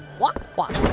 walk, walk,